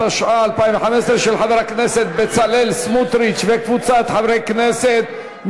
של חבר הכנסת בצלאל סמוטריץ וקבוצת חברי כנסת,